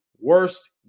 worst